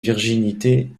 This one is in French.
virginité